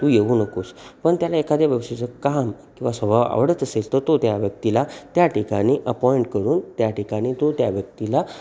तू येऊ नकोस पण त्याला एखाद्या व्यक्तीचं काम किंवा स्वभाव आवडत असेल तर तो त्या व्यक्तीला त्या ठिकानी अपॉइंट करून त्या ठिकाणी तो त्या व्यक्तीला